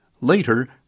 Later